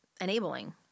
Enabling